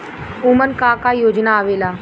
उमन का का योजना आवेला?